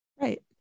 Right